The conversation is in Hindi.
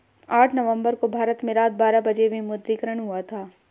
आठ नवम्बर को भारत में रात बारह बजे विमुद्रीकरण हुआ था